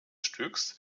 stücks